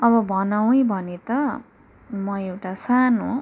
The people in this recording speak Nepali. अब भनौँ है भने त म एउटा सानो